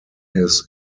his